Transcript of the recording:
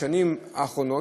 בשנים האחרונות,